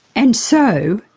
and so,